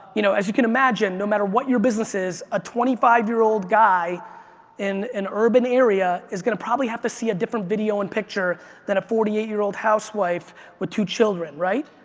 you know as you can imagine, no matter what your business is, a twenty five year old guy in an urban area is going to probably have to see a different video and picture than a forty eight year old housewife with two children, right?